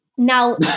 Now